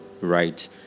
right